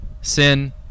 sin